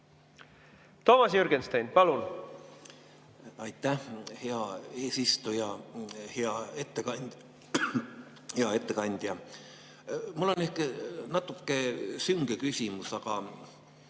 Toomas Jürgenstein, palun! Aitäh, hea eesistuja! Hea ettekandja! Mul on ehk natuke sünge küsimus, aga